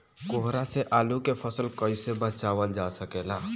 कोहरा से आलू के फसल कईसे बचावल जा सकेला?